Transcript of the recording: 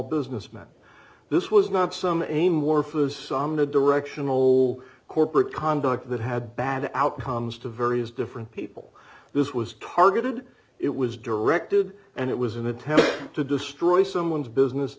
businessmen this was not some aim warfare as some to directional corporate conduct that had bad outcomes to various different people this was targeted it was directed and it was an attempt to destroy someone's business